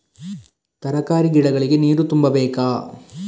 ತರಕಾರಿ ಗಿಡಗಳಿಗೆ ನೀರು ತುಂಬಬೇಕಾ?